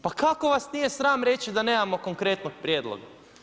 Pa kako vas nije sram reći da nemamo konkretnog prijedloga?